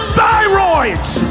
Thyroids